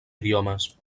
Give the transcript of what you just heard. idiomes